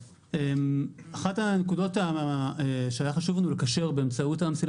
אחת הנקודות שהיה חשוב לנו לקשר באמצעות המסילה